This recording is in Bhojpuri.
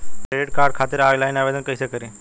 क्रेडिट कार्ड खातिर आनलाइन आवेदन कइसे करि?